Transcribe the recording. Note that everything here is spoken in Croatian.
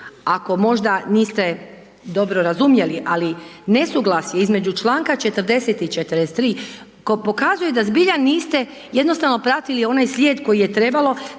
ako možda niste dobro razumjeli, ali nesuglasje između članka 40. i 43. pokazuje da zbilja niste jednostavno pratili onaj slijed koji je trebalo